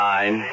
Nine